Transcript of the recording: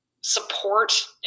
support